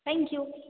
thank you